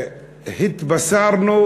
התבשרנו,